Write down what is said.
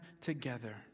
together